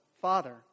father